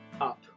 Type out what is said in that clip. up